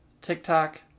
TikTok